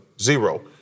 Zero